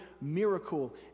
miracle